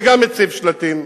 וגם הציב שלטים.